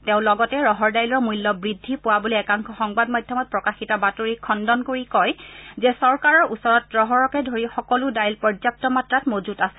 তেওঁ লগতে ৰহৰ ডাইলৰ মূল্য বৃদ্ধি পোৱা বুলি একাংশ সংবাদ মাধ্যমত প্ৰকাশিত বাতৰিৰ খণ্ডন কৰি কয় যে চৰকাৰৰ ওচৰত ৰহৰকে ধৰি সকলো ডাইল পৰ্যাপ্ত মাত্ৰাত মজুত আছে